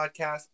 Podcast